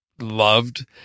loved